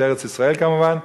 את ארץ-ישראל כמובן,